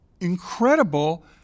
incredible